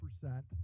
percent